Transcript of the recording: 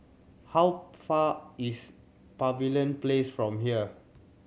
how far is Pavilion Place from here